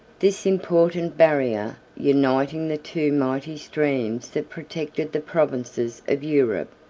this important barrier, uniting the two mighty streams that protected the provinces of europe,